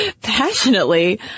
passionately